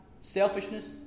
Selfishness